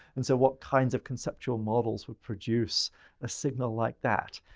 and so, what kinds of conceptual models would produce a signal like that?